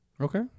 Okay